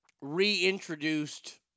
reintroduced